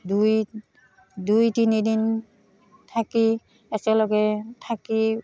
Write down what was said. দুই দুই তিনিদিন থাকি একেলগে থাকি